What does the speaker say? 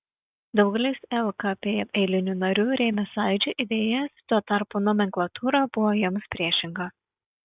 daugelis lkp eilinių narių rėmė sąjūdžio idėjas tuo tarpu nomenklatūra buvo joms priešinga